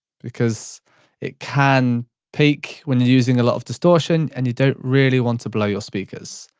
because it can peak when using a lot of distortion, and you don't really want to blow your speakers.